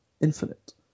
Infinite